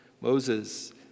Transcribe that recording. Moses